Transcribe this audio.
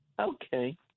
Okay